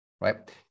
right